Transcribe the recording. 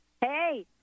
Hey